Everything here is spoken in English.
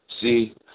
See